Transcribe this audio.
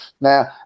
Now